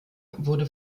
wurde